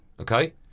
okay